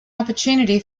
opportunity